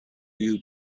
you